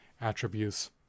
attributes